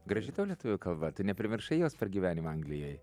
graži tau lietuvių kalba neprimiršai jos per gyvenimą anglijoj